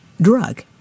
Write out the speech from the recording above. drug